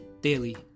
Daily